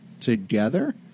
together